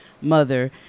mother